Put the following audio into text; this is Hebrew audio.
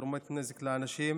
שגורמות נזק לאנשים,